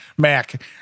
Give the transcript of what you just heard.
Mac